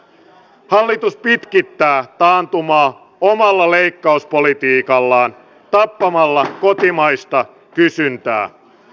hallitus pitkittää taantumaa omalla leikkauspolitiikallaan tappamalla kotimaista kysyntää